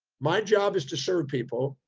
my job is to serve people,